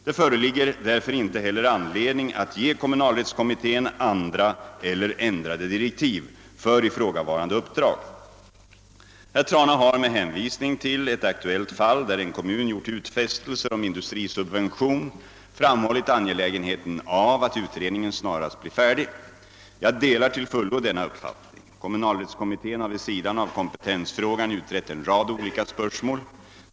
Det föreligger därför inte heller anledning att ge kommunalrättskommittén andra eller ändrade direktiv för ifrågavarande uppdrag. Herr Trana har — med hänvisning till ett aktuellt fall där en kommun gjort utfästelser om industrisubvention — framhållit angelägenheten av att utredningen snarast blir färdig. Jag delar till fullo denna uppfattning. Kommunalrättskommittén har vid sidan av kompetensfrågan utrett en rad olika spörsmål.